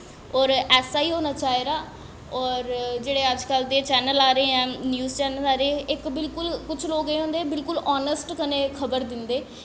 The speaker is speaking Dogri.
होर ऐसा ही होना चाहिदा होर अजकल्ल दे जेह्ड़े चैन्नल आदे न न्यूज़ चैन्नल आदे न इक बिल्कुल कुछ लोग होंदे हानैस्टी कन्नै खबर दिंदे